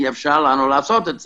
אי אפשר לעשות את זה.